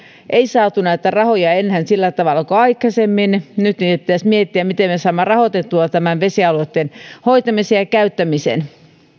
ei saatu näitä rahoja enää sillä tavalla kuin aikaisemmin nyt pitäisi miettiä miten me saamme rahoitettua vesialueitten hoitamisen ja käyttämisen